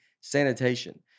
sanitation